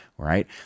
Right